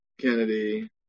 Kennedy